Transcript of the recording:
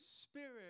spirit